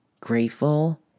grateful